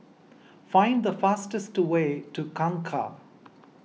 find the fastest way to Kangkar